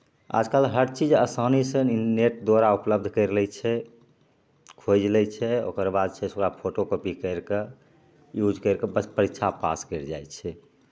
आजकल हर चीज असानीसे ने नेट द्वारा उपलब्ध करि लै छै खोजि लै छै ओकर बाद छै से ओकरा फोटोकॉपी करिके यूज करिके बस परीक्षा पास करि जाइ छै